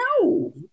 No